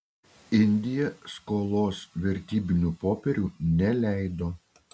indija skolos vertybinių popierių neleido